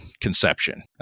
conception